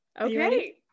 okay